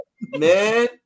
man